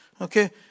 Okay